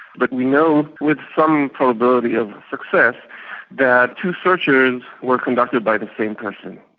but we know with some probability of success that two searches were conducted by the same person.